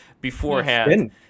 beforehand